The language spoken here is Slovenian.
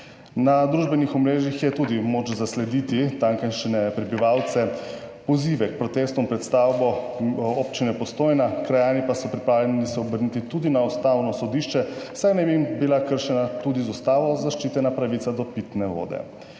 Na družbenih omrežjih je moč tudi zaslediti tamkajšnje prebivalce, pozive k protestom pred stavbo Občine Postojna, krajani pa so se pripravljeni obrniti tudi na Ustavno sodišče, saj naj bi jim bila kršena tudi z ustavo zaščitena pravica do pitne vode.